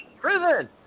prison